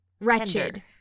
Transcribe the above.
wretched